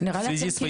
בשפה הרוסית,